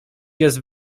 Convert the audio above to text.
jest